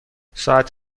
ساعت